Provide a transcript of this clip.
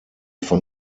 von